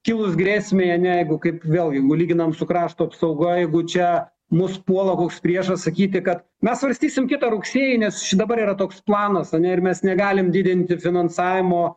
kilus grėsmei ar ne jeigu kaip vėlgi lyginam su krašto apsauga jeigu čia mus puola koks priešas sakyti kad mes svarstysim kitą rugsėjį nes dabar yra toks planas ar ne ir mes negalim didinti finansavimo